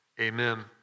amen